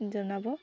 জনাব